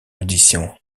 audition